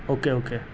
okay okay